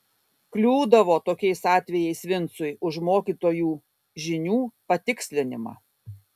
kliūdavo tokiais atvejais vincui už mokytojų žinių patikslinimą